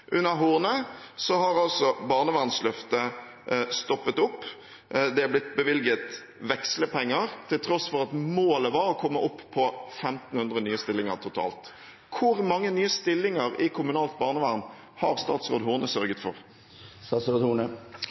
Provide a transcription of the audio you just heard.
Under statsråd Horne har altså barnevernsløftet stoppet opp. Det er blitt bevilget vekslepenger til tross for at målet var å komme opp i 1 500 nye stillinger totalt. Hvor mange nye stillinger i kommunalt barnevern har statsråd Horne sørget for?